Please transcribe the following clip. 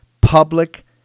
Public